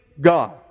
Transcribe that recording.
God